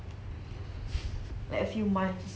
so is that the only pet um pet he has